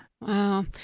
Wow